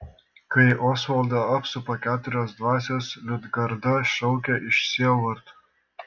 kai osvaldą apsupa keturios dvasios liudgarda šaukia iš sielvarto